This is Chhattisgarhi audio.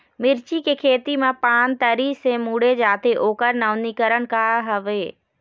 मिर्ची के खेती मा पान तरी से मुड़े जाथे ओकर नवीनीकरण का हवे?